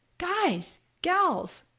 guys, gals!